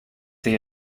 they